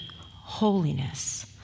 holiness